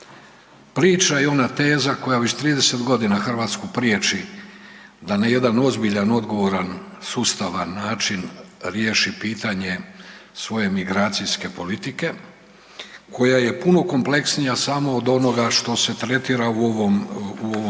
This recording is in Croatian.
priča i ona teza koja već 30 godina Hrvatsku prijeći da na jedan ozbiljan i odgovoran sustavan način riješi pitanje svoje migracijske politike koja je puno kompleksnija samo od onoga što se tretira u ovom